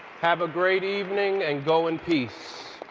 have a great evening. and go in peace.